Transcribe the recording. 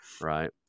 right